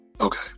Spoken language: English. Okay